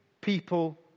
people